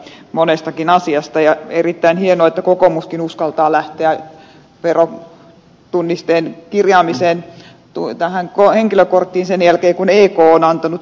ihailtavaa yksimielisyyttä on monestakin asiasta ja on erittäin hienoa että kokoomuskin uskaltaa lähteä verotunnisteen kirjaamiseen tähän henkilökorttiin sen jälkeen kun ek on antanut sille tuen